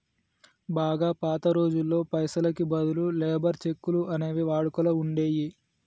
బాగా పాత రోజుల్లో పైసలకి బదులు లేబర్ చెక్కులు అనేవి వాడుకలో ఉండేయ్యి